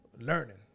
learning